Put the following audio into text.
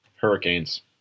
Hurricanes